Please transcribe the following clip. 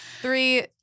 three